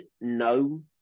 No